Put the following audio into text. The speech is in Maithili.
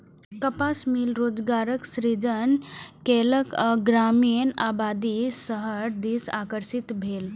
कपास मिल रोजगारक सृजन केलक आ ग्रामीण आबादी शहर दिस आकर्षित भेल